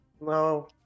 No